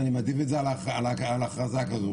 הייתי מעדיף את זה על הכרזה כזאת.